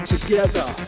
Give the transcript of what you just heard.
Together